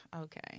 okay